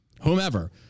whomever